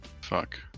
fuck